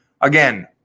Again